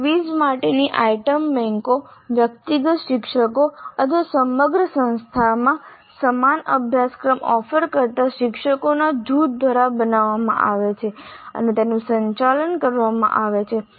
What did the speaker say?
quiz માટેની item બેન્કો વ્યક્તિગત શિક્ષકો અથવા સમગ્ર સંસ્થામાં સમાન અભ્યાસક્રમ ઓફર કરતા શિક્ષકોના જૂથ દ્વારા બનાવવામાં આવે છે અને તેનું સંચાલન કરવામાં આવે છે